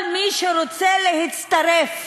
כל מי שרוצה להצטרף